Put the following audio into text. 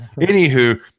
Anywho